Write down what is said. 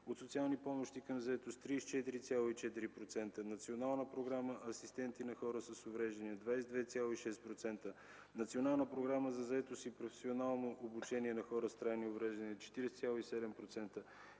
от „Социални помощи към заетост” – 34,4%; Национална програма „Асистенти на хора с увреждания” – 22,6%; Национална програма за заетост и професионално обучение на хора с трайни увреждания – 40,7%;